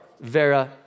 Vera